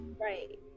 Right